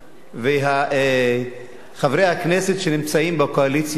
וחברי הכנסת שנמצאים בקואליציה,